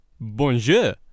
Bonjour